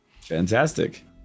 fantastic